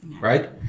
right